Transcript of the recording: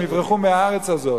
הם יברחו מהארץ הזאת.